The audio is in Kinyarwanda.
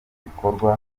bikorwa